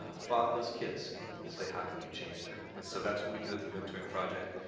ah fatherless kids, and to say how can we change that. and so that's what we do at the mentoring project.